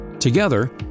Together